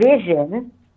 vision